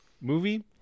movie